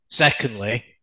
secondly